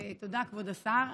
תודה, כבוד השר.